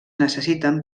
necessiten